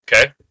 Okay